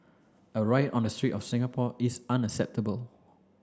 a riot on the street of Singapore is unacceptable